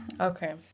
Okay